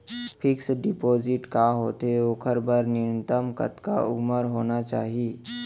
Fix deposit का होथे ओखर बर न्यूनतम कतका उमर होना चाहि?